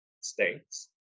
states